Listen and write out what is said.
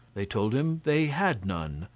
they told him they had none,